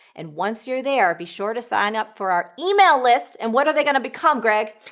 and once you're there, be sure to sign up for our email list, and what are they gonna become, greg?